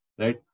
right